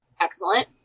Excellent